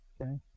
okay